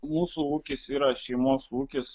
mūsų ūkis yra šeimos ūkis